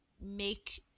make